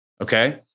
okay